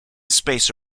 space